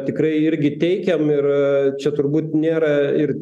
tikrai irgi teikiam ir čia turbūt nėra ir